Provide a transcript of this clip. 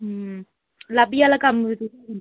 लाब्बी आह्ला कम्म बी तुसें ई दिन्नी